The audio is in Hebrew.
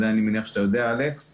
את זה, אני מניח, אתה יודע, אלכס.